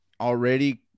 already